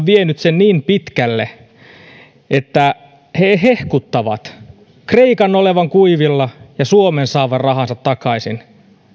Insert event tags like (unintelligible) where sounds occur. (unintelligible) vienyt sen niin pitkälle että he hehkuttavat kreikan olevan kuivilla ja suomen saavan rahansa takaisin